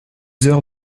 heures